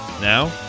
Now